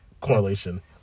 correlation